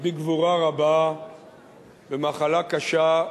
בגבורה רבה במחלה קשה.